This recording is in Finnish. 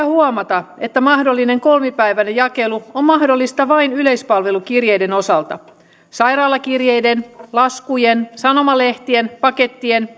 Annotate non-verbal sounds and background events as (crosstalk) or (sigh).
(unintelligible) huomata että mahdollinen kolmipäiväinen jakelu on mahdollista vain yleispalvelukirjeiden osalta sairaalakirjeiden laskujen sanomalehtien pakettien (unintelligible)